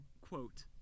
Quote